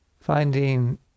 finding